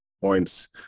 points